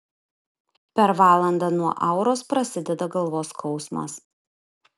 per valandą nuo auros prasideda galvos skausmas